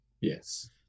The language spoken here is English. Yes